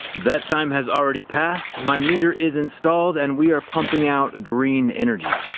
that time has already passed. my meter is installed and we are pumping out green energy.